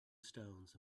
stones